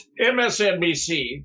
MSNBC